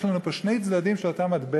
יש לנו פה שני צדדים של אותו מטבע,